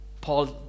Paul